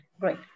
great